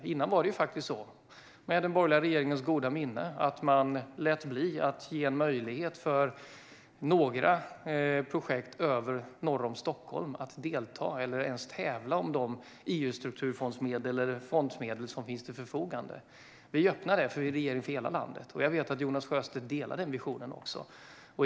Tidigare var det faktiskt så att man med den borgerliga regeringens goda minne lät bli att ge några projekt norr om Stockholm möjlighet att ta del av eller ens tävla om de EU-strukturfondsmedel eller andra fondmedel som finns till förfogande. Vi öppnade denna möjlighet, för vi är en regering för hela landet. Jag vet att Jonas Sjöstedt också delar denna vision.